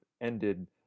ended